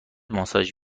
ماساژ